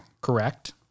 Correct